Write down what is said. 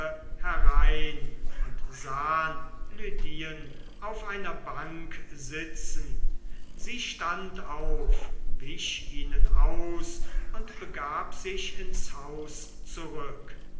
herein und sahen lydien auf einer bank sitzen sie stand auf wich ihnen aus und begab sich ins haus zurück